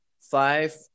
five